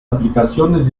aplicaciones